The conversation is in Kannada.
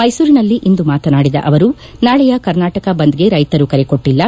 ಮೈಸೂರಿನಲ್ಲಿ ಇಂದು ಮಾತನಾಡಿದ ಅವರು ನಾಳೆಯ ಕರ್ನಾಟಕ ಬಂದ್ಗೆ ರೈತರು ಕರೆ ಕೊಟ್ಟೆಲ್ಲ